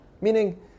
Meaning